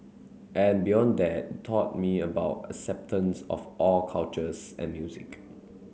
and beyond that taught me about acceptance of all cultures and music